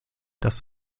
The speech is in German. das